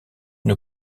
une